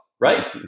Right